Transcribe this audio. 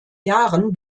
jahren